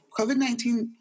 COVID-19